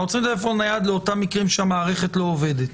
אנחנו צריכים טלפון נייד לאותם מקרים שהמערכת לא עובדת,